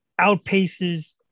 outpaces